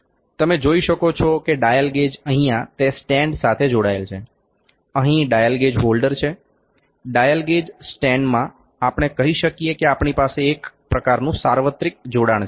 તમે જોઈ શકો છો કે ડાયલ ગેજ અહીંયા તે સ્ટેન્ડ સાથે જોડાયેલ છે અહી ડાયલ ગેજ હોલ્ડર છે ડાયલ ગેજ સ્ટેન્ડમાં આપણે કહી શકીએ કે આપણી પાસે એક પ્રકારનું સાર્વત્રિક જોડાણ છે